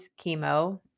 chemo